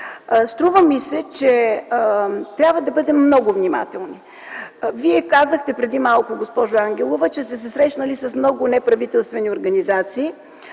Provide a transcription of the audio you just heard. Струва ми се, че трябва да бъдем много внимателни. Вие казахте преди малко, госпожо Ангелова, че сте се срещнали с много неправителствени организации